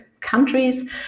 countries